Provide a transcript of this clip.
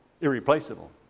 Irreplaceable